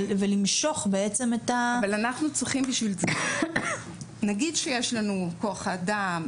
ולמשוך את ה נגיד שיש לנו את כוח האדם,